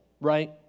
right